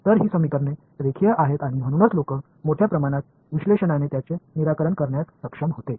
तर ही समीकरणे रेखीय आहेत आणि म्हणूनच लोक मोठ्या प्रमाणात विश्लेषणाने त्यांचे निराकरण करण्यास सक्षम होते